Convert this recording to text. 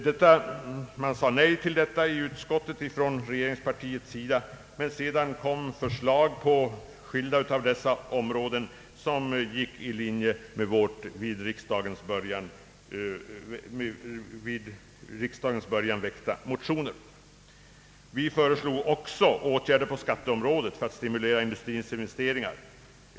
De socialdemokratiska representanterna i utskottet sade nej till de av oss föreslagna höjningarna, men regeringen lade senare på några av nu nämnda områden fram förslag som gick i linje med de av oss vid riksdagens början väckta motionerna. Vi föreslog också åtgärder på skatteområdet för att stimulera industrins investeringar.